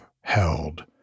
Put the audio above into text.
held